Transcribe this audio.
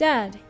Dad